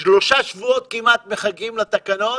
כמעט שלושה שבועות מחכים לתקנות